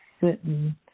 sitting